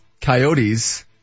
Coyotes